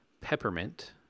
peppermint